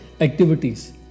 activities